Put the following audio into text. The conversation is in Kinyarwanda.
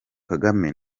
kagame